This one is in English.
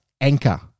anchor